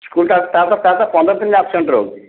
ସ୍କୁଲଟା ତା'ର ତ ତା'ର ତ ପନ୍ଦରଦିନ ଆବସେଣ୍ଟ ରହୁଛି